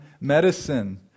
medicine